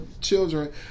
children